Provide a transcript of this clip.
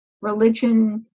religion